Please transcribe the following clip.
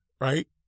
right